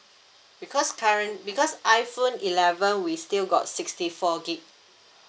because current~ because iphone eleven we still got sixty four gig